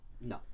No